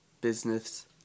business